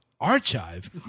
Archive